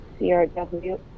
CRW